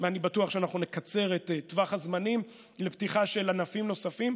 אני בטוח שאנחנו נקצר את טווח הזמנים לפתיחה של ענפים נוספים.